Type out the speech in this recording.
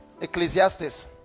Ecclesiastes